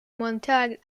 montague